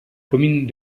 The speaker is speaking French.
commune